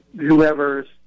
whoever's